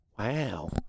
Wow